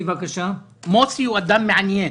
מוסי הוא אדם מעניין.